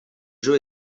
jeu